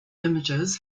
images